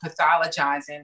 pathologizing